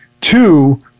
Two